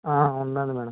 ఉన్నది మేడం